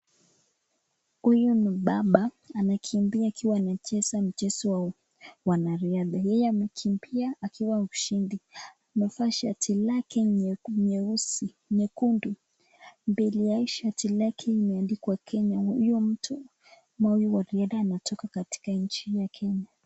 Huyu ni mbaba anakimbia akiwa anacheza mchezo wa wanariadha. Yeye amekimbia akiwa ushindi. Amevaa shati lake nyeusi nyekundu. Mbele ya hii shati lake limeandikwa Kenya. Huyu mtu huenda anatoka katika nchi ya Kenya.